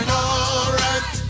alright